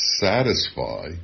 satisfy